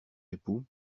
époux